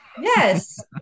Yes